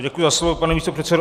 Děkuji za slovo, pane místopředsedo.